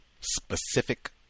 specific